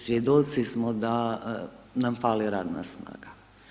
Svjedoci smo da nam fali radna snaga.